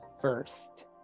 first